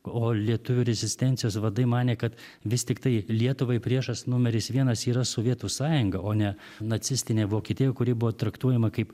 o lietuvių rezistencijos vadai manė kad vis tiktai lietuvai priešas numeris vienas yra sovietų sąjunga o ne nacistinė vokietija kuri buvo traktuojama kaip